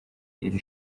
iri